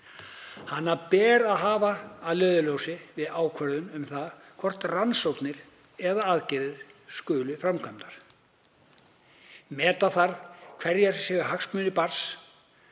Hana ber að hafa að leiðarljósi við ákvörðun um það hvort rannsóknir eða aðgerðir skuli framkvæmdar. Meta þarf hverjir séu hagsmunir barns